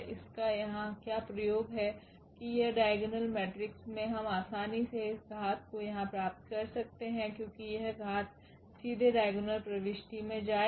इसका यहाँ क्या प्रयोग है कि यह डाइगोनल मेट्रिक्स मे हम आसानी से इस घात को यहाँ प्राप्त कर सकते हैं क्योंकि यह घात सीधे डाइगोनल प्रविष्टि में जाएगी